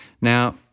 Now